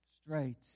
straight